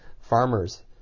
farmers